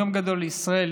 יום גדול לישראל,